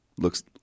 looks